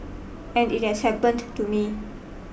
and it has happened to me